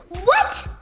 what?